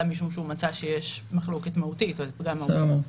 משום שהוא מצא שיש מחלוקת מהותית או איזה פגם מהותי.